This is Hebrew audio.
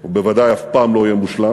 הוא בוודאי אף פעם לא יהיה מושלם,